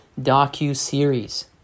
docu-series